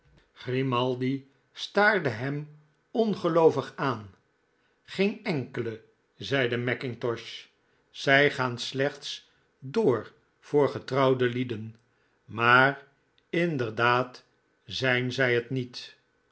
grimaldi staarde hem ongeloovig aan geen enkele zeide mackintosh zy gaan jozef grimaldi slechts door voor getrouwde lieden maar inderdaad zijn zij het niet